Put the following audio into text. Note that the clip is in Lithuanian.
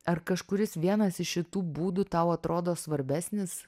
ar kažkuris vienas iš šitų būdų tau atrodo svarbesnis